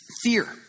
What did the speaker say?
Fear